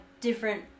different